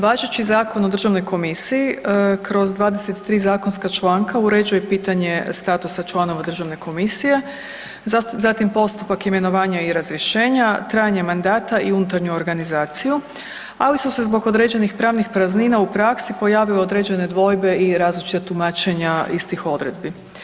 Važeći zakon o državnoj komisiji kroz 23 zakonska članka uređuje pitanje statusa članova državne komisije, zatim postupak imenovanja i razrješenja, trajanje mandata i unutarnju organizaciju, ali su se zbog određenih pravnih praznina u praksi pojavile određene dvojbe i različita tumačenja istih odredbi.